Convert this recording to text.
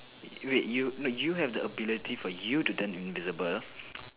wait you no you have the ability for you to turn invisible